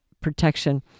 protection